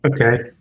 Okay